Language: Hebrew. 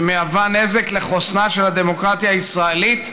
שמהווה נזק לחוסנה של הדמוקרטיה הישראלית,